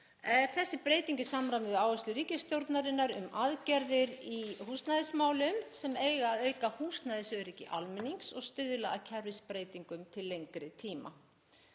þessi breyting í samræmi við áherslur ríkisstjórnarinnar um aðgerðir í húsnæðismálum sem eiga að auka húsnæðisöryggi almennings og stuðla að kerfisbreytingum til lengri tíma.